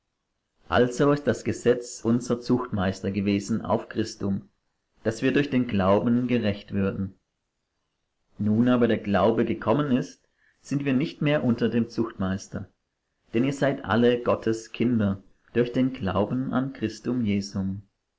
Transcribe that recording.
also ist das gesetz unser zuchtmeister gewesen auf christum daß wir durch den glauben gerecht würden nun aber der glaube gekommen ist sind wir nicht mehr unter dem zuchtmeister denn ihr seid alle gottes kinder durch den glauben an christum jesum